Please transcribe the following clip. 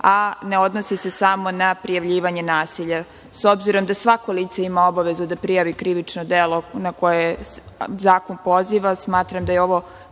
a ne odnose se samo na prijavljivanje nasilja. S obzirom da svako lice ima obavezu da prijavi krivično delo na koje zakon poziva, smatram da je ovo,